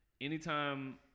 anytime